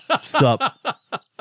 sup